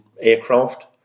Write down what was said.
aircraft